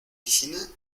piscina